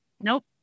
nope